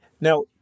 Now